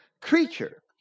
creature